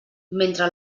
mentre